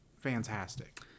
fantastic